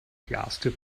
glastür